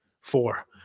Four